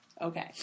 Okay